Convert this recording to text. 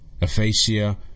aphasia